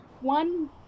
one